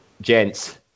gents